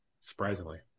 surprisingly